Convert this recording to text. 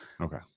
okay